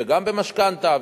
וגם במשכנתה,